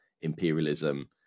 imperialism